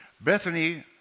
Bethany